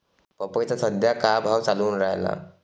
पपईचा सद्या का भाव चालून रायला?